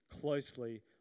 closely